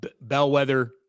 bellwether